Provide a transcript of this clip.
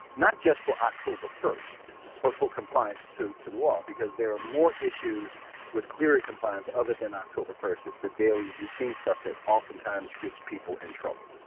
not just for october first, but for compliance to to the wall. because there are more issues with clery compliance other than october first. it's the daily routine stuff that oftentimes gets people in trouble.